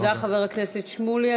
תודה, חבר הכנסת שמולי.